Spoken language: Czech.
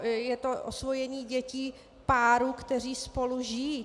Je to osvojení dětí páru, kteří spolu žijí.